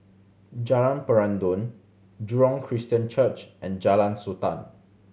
Jalan Peradun Jurong Christian Church and Jalan Sultan